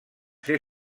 ser